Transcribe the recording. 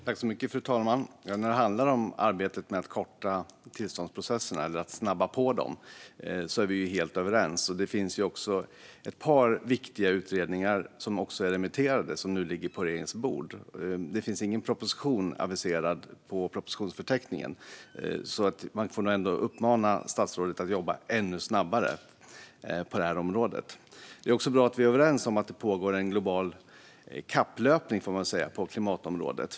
Fru talman! När det handlar om arbetet med att korta eller snabba på tillståndsprocesserna är vi helt överens. Det finns också ett par viktiga utredningar som är remitterade och nu ligger på regeringens bord. Men det finns ingen proposition aviserad i propositionsförteckningen, så jag får ändå uppmana statsrådet att jobba ännu snabbare på det här området. Det är också bra att vi är överens om att det pågår en global kapplöpning, får man väl säga, på klimatområdet.